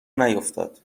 نیفتاد